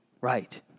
right